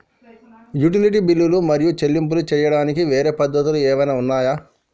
Utility బిల్లులు మరియు చెల్లింపులు చేయడానికి వేరే పద్ధతులు ఏమైనా ఉన్నాయా?